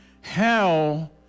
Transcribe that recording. Hell